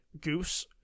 goose